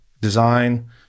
design